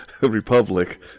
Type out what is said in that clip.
Republic